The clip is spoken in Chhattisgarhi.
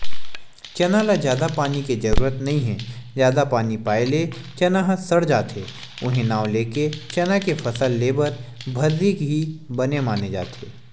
चना ल जादा पानी के जरुरत नइ हे जादा पानी पाए ले चना ह सड़ जाथे उहीं नांव लेके चना के फसल लेए बर भर्री ही बने माने जाथे